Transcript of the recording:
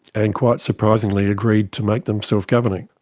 and quite surprisingly agreed to make them self-governing.